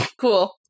Cool